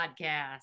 podcast